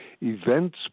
events